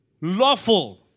lawful